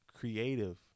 creative